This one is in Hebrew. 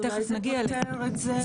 תכף נגיע לזה.